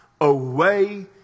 away